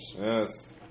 Yes